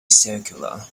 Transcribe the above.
circular